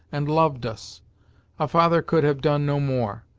and loved us a father could have done no more.